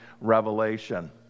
Revelation